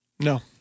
No